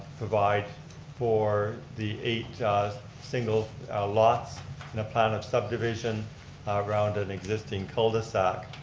provide for the eight single lots in a plan of subdivision around an existing culdesac.